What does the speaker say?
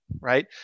right